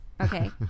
okay